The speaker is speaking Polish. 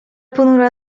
ponura